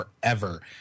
forever